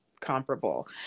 comparable